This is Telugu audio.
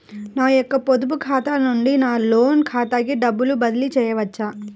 నా యొక్క పొదుపు ఖాతా నుండి నా లోన్ ఖాతాకి డబ్బులు బదిలీ చేయవచ్చా?